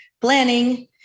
planning